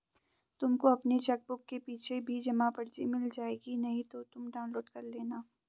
तुमको अपनी चेकबुक के पीछे भी जमा पर्ची मिल जाएगी नहीं तो तुम डाउनलोड कर लेना